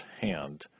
hand